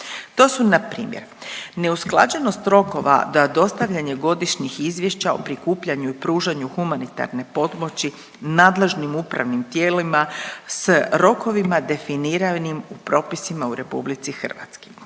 To su na primjer neusklađenost rokova da dostavljanje godišnjih izvješća o prikupljanju i pružanju humanitarne pomoći nadležnim upravnim tijelima s rokovima definiranim u propisima u Republici Hrvatskoj.